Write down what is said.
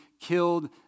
killed